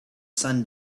sun